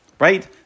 Right